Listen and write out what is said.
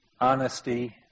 honesty